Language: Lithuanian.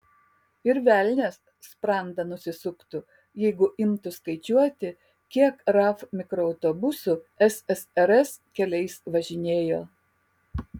ir velnias sprandą nusisuktų jeigu imtų skaičiuoti kiek raf mikroautobusų ssrs keliais važinėjo